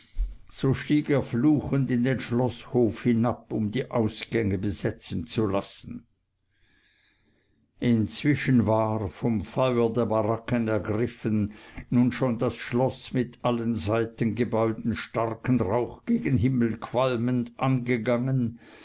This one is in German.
so stieg er fluchend in den schloßhof hinab um die ausgänge besetzen zu lassen inzwischen war vom feuer der baracken ergriffen nun schon das schloß mit allen seitengebäuden starken rauch gen himmel qualmend angegangen